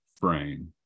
frame